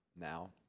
now